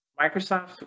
Microsoft